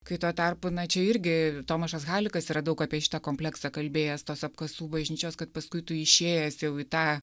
kai tuo tarpu na čia irgi tomašas halikas yra daug apie šitą kompleksą kalbėjęs tos apkasų bažnyčios kad paskui tu išėjęs jau į tą